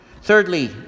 Thirdly